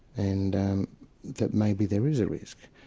and that maybe there is a risk.